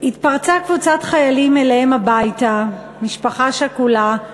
התפרצה קבוצת חיילים אליהם הביתה, משפחה שכולה,